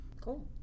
Cool